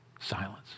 Silence